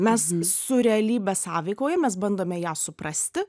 mes su realybe sąveikaujam mes bandome ją suprasti